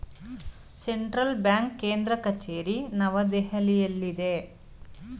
central bank ಕೇಂದ್ರ ಕಚೇರಿ ನವದೆಹಲಿಯಲ್ಲಿದೆ